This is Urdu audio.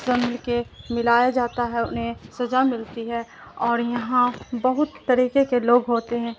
سبل کے ملایا جاتا ہے انہیں سزا ملتی ہے اور یہاں بہت طریقے کے لوگ ہوتے ہیں